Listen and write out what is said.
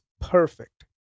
perfect